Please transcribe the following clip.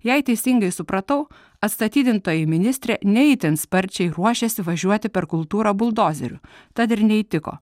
jei teisingai supratau atstatydintoji ministrė ne itin sparčiai ruošėsi važiuoti per kultūrą buldozeriu tad ir neįtiko